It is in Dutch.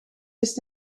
wist